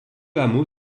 hameau